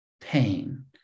pain